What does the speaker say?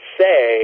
say